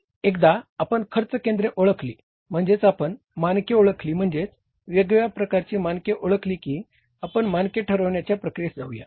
एकदा आपण खर्च केंद्रे ओळखली म्हणजेच आपण मानके ओळखली म्हणजेच वेगवेगळ्या प्रकारची मानके ओळखली की आपण मानके ठरविण्याच्या प्रक्रियेस जाऊया